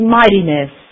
mightiness